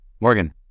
Morgan